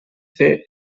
fer